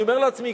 אני אומר לעצמי,